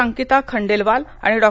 अंकिता खंडेलवाल आणि डॉ